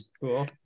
cool